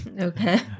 Okay